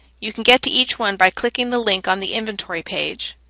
you can get to each one by clicking the link on the inventory page